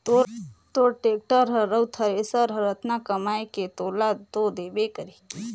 तोर टेक्टर हर अउ थेरेसर हर अतना कमाये के तोला तो देबे करही